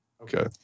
Okay